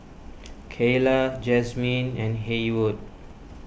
Keyla Jazmyn and Haywood